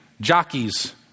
jockey's